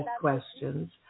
questions